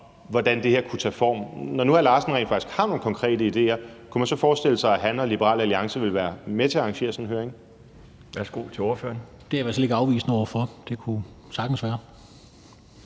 hvordan det her kunne tage form. Når nu hr. Steffen Larsen rent faktisk har nogle konkrete idéer, kunne man så forestille sig, at han og Liberal Alliance ville være med til at arrangere sådan en høring? Kl. 14:26 Den fg. formand (Bjarne Laustsen): Værsgo til ordføreren. Kl.